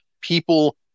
people